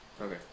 Okay